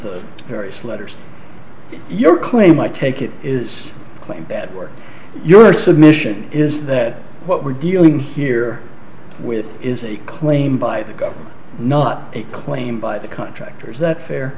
the various letters your claim i take it is plain bad work your submission is that what we're dealing here with is a claim by the government not a claim by the contractors that fair